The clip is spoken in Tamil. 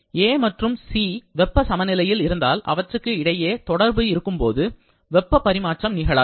A மற்றும் C வெப்பச் சமநிலையில் இருந்தால் அவற்றுக்கு இடையே தொடர்பு இருக்கும் போது வெப்பப் பரிமாற்றம் நிகழாது